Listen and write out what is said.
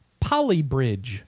Polybridge